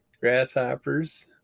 grasshoppers